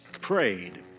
PRAYED